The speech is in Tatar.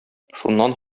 шуннан